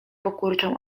pokurczą